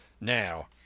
Now—